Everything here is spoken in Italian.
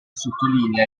sottolinea